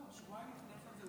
זה הוצג שבועיים לפני כן.